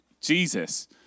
Jesus